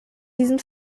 diesen